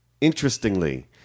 interestingly